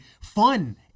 fun